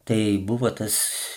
tai buvo tas